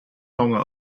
longer